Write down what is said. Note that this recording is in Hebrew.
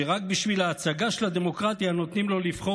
שרק בשביל ההצגה של הדמוקרטיה נותנים לו לבחור